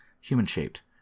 human-shaped